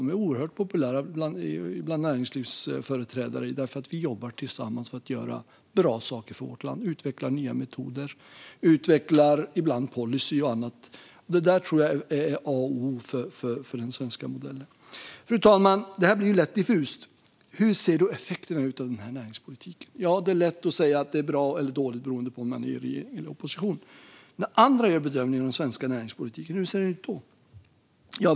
De är oerhört populära bland näringslivsföreträdare, för vi jobbar tillsammans för att göra bra saker för vårt land. Vi utvecklar nya metoder och utvecklar ibland policyer och annat. Detta tror jag är A och O för den svenska modellen. Fru talman! Det här blir lätt diffust. Hur ser då effekterna ut av denna näringspolitik? Ja, det är lätt att säga att det är bra eller dåligt, beroende på om man är regering eller opposition. Men hur ser det ut när andra gör bedömningen av den svenska näringspolitiken?